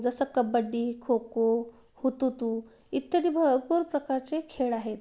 जसं कबड्डी खो खो हुतुतू इत्यादी भरपूर प्रकारचे खेळ आहेत